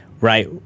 right